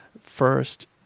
first